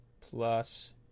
plus